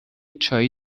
چایی